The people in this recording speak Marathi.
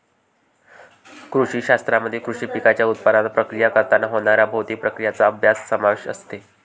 कृषी शास्त्रामध्ये कृषी पिकांच्या उत्पादनात, प्रक्रिया करताना होणाऱ्या भौतिक प्रक्रियांचा अभ्यास समावेश असते